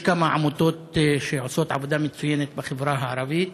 יש כמה עמותות שעושות עבודה נהדרת בחברה הערבית,